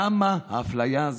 למה האפליה הזו?